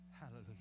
hallelujah